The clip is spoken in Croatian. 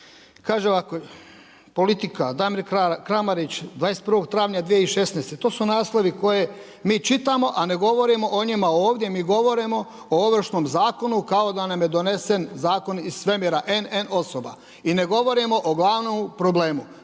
kaže ovako Politika Damir Kramarić 21. travnja 2016., to su naslovi koje mi čitamo, a ne govorimo o njima ovdje, mi govorimo o Ovršnom zakonu kao da nam je donese zakon iz svemira NN osoba i ne govorimo o glavnom problem.